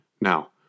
Now